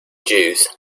jews